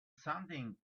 something